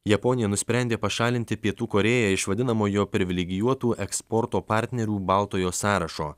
japonija nusprendė pašalinti pietų korėją iš vadinamojo privilegijuotų eksporto partnerių baltojo sąrašo